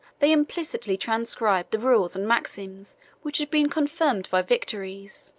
they implicitly transcribe the rules and maxims which had been confirmed by victories.